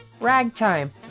ragtime